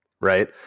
right